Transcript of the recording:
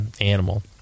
animal